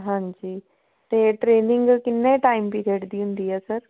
ਹਾਂਜੀ ਅਤੇ ਟ੍ਰੇਨਿੰਗ ਕਿੰਨੇ ਟਾਈਮ ਪੀਰੀਅਡ ਦੀ ਹੁੰਦੀ ਹੈ ਸਰ